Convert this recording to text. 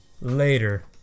later